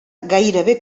gairebé